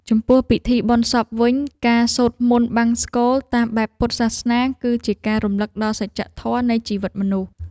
ចំពោះពិធីបុណ្យសពវិញ ការសូត្រមន្តបង្សុកូលតាមបែបព្រះពុទ្ធសាសនា គឺជាការរំលឹកដល់សច្ចធម៌នៃជីវិតមនុស្ស។